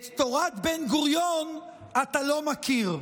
את תורת בן-גוריון אתה לא מכיר,